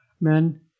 men